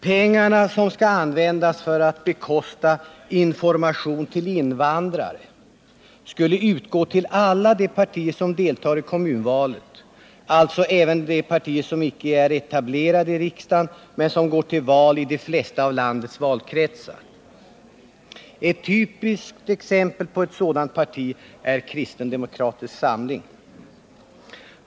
Pengarna, som skall användas för att bekosta information till invandrare, skulle utgå till alla de partier som deltar i kommunvalet, alltså även till de partier som icke är etablerade i riksdagen men som går till val i de flesta av landets valkretsar. Ett typiskt exempel på ett sådant parti är kristen demokratisk samling.